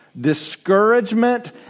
discouragement